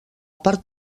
part